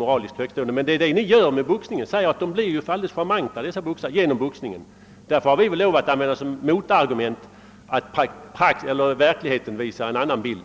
Men så resonerar ni beträffande boxningen då ni säger att boxarna blir alldeles utmärkta på grund av att de boxas. Därför måste vi som motargument få anföra att verkligheten visar en annan bild.